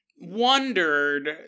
wondered